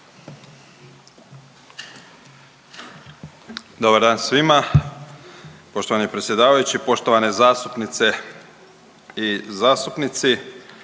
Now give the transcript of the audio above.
Dobar dan svima, poštovani predsjedavajući, poštovane zastupnice i zastupnici,